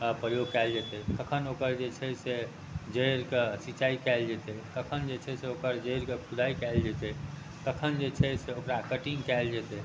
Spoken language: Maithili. प्रयोग कएल जेतै कखन ओकर जे छै से जड़िके सिँचाइ कएल जेतै कखन जे छै से ओकर जड़िके खुदाइ कएल जेतै कखन जे छै से ओकरा कटिङ्ग कएल जेतै